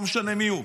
לא משנה מי הוא.